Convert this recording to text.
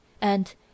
and